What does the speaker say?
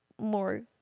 more